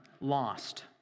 lost